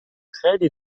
خیلی